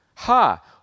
Ha